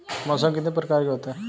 मौसम कितने प्रकार के होते हैं?